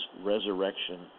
Resurrection